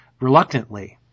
reluctantly